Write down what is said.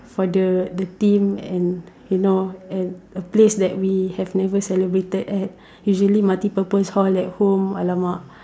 for the the theme and you know and a place that we have never celebrated at usually multi purpose hall at home alamak